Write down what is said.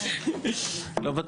13:59.